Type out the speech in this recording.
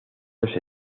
los